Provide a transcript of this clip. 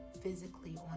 physically